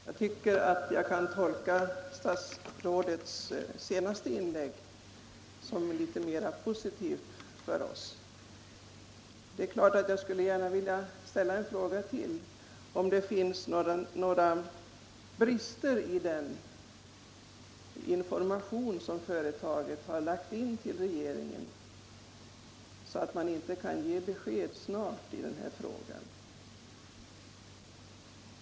Herr talman! Jag tycker att jag kan tolka statsrådets senaste inlägg som litet mera positivt för oss. Det är en fråga till som jag gärna skulle vilja ställa — om det finns några brister i den information som företaget har lämnat in till regeringen, så att man inte kan ge besked snart på den här punkten.